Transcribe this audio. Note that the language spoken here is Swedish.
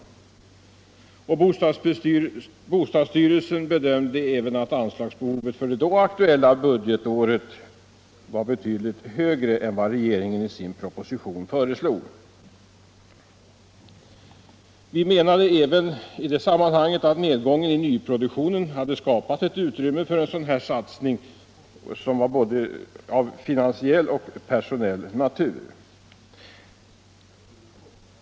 Bostadsstyrelsen ansåg även att anslagsbehovet för det då aktuella budgetåret var betydligt högre än vad regeringen i sin proposition föreslog. Vi menade i det sammanhanget även att nedgången i nyproduktionen hade skapat ett utrymme för en sådan satsning både finansiellt och personellt.